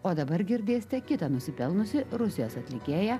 o dabar girdėsite kitą nusipelnusį rusijos atlikėją